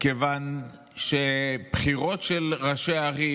כיוון שבבחירות של ראשי ערים,